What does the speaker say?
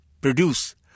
produce